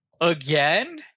Again